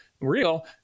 real